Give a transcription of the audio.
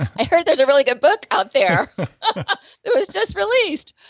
i heard there's a really good book out there um that was just released.